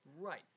Right